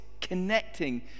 connecting